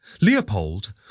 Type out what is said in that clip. Leopold